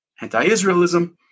anti-Israelism